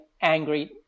angry